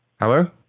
Hello